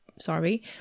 Sorry